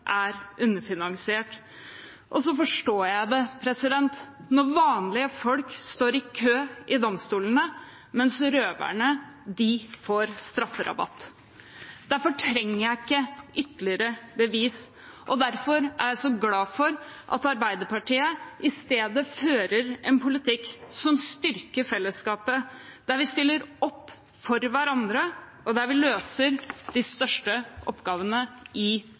er underfinansiert. Og jeg forstår det når vanlige folk står i kø i domstolene, mens røverne får strafferabatt. Derfor trenger jeg ikke ytterligere bevis, og derfor er jeg så glad for at Arbeiderpartiet i stedet fører en politikk som styrker fellesskapet, der vi stiller opp for hverandre, og der vi løser de største oppgavene i